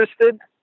interested